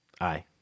Aye